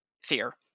fear